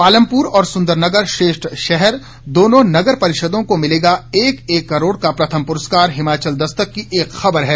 पालमपुर और सुंदरनगर श्रेष्ठ शहर दोनों नगर परिषदों को मिलेगा एक एक करोड़ का प्रथम पुरस्कार हिमाचल दस्तक की खबर है